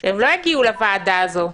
שלא יגיעו לוועדה הזאת,